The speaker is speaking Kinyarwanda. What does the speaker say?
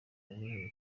ubuhe